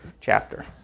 Chapter